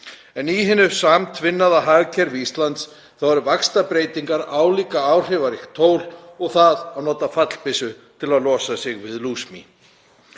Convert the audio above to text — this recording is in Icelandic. En í hinu samtvinnaða hagkerfi Íslands eru vaxtabreytingar álíka áhrifaríkt tól og það að nota fallbyssu til að losa sig við lúsmý.